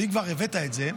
ואם כבר הבאת את זה,